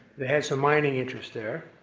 they had some mining interests there.